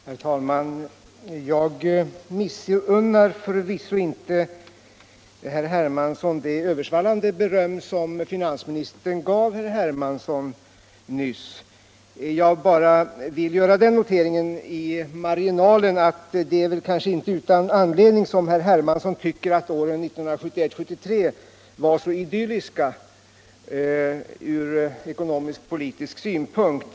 Herr talman! Jag missunnar förvisso inte herr Hermansson det översvallande beröm som finansministern nyss gav honom. Jag vill bara göra den noteringen i marginalen, att det är kanske inte utan anledning som herr Hermansson tycker att åren 1971-1973 var så idylliska ur ekonomiskpolitisk synpunkt.